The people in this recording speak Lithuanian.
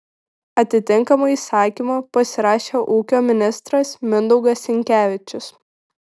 atitinkamą įsakymą pasirašė ūkio ministras mindaugas sinkevičius